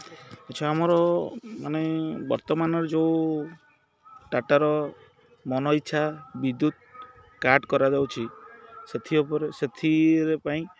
ଆଚ୍ଛା ଆମର ମାନେ ବର୍ତ୍ତମାନ ର ଯେଉଁ ଟାଟାର ମନ ଇଚ୍ଛା ବିଦ୍ୟୁତ୍ କାଟ୍ କରାଯାଉଛି ସେଥି ଉପରେ ସେଥିରେ ପାଇଁ